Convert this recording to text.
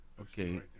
Okay